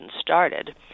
started